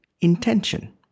intention